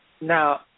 Now